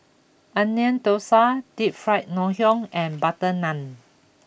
Onion Thosai Deep Fried Ngoh Hiang and Butter Naan